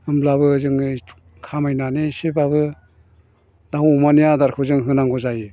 होमब्लाबो जोङो खामायनानै एसेबाबो दाव अमानि आदारखौ जों होनांगौ जायो